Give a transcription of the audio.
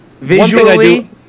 Visually